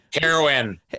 Heroin